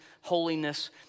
holiness